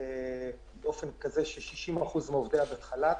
באופן כזה ש-60% מעובדיה בחל"ת,